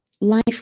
life